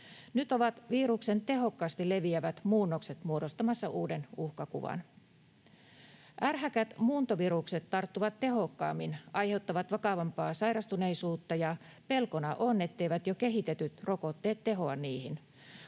Nyt ovat viruksen tehokkaasti leviävät muunnokset muodostamassa uuden uhkakuvan. Ärhäkät muuntovirukset tarttuvat tehokkaammin, aiheuttavat vakavampaa sairastuneisuutta, ja pelkona on, etteivät jo kehitetyt rokotteet tehoa niihin.